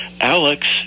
Alex